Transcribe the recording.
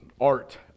art